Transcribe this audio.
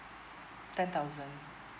ten thousand